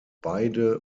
beide